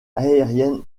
aérienne